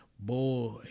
boy